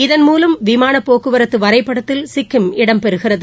இதன் மூலம் விமானபோக்குவரத்துவரைபடத்தில் சிக்கிம் இடம் பெறுகிறது